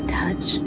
touch